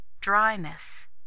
dryness